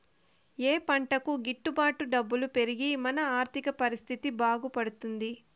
ఏ పంటకు గిట్టు బాటు డబ్బులు పెరిగి మన ఆర్థిక పరిస్థితి బాగుపడుతుంది?